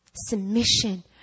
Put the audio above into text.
submission